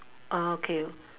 oh okay